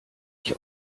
ich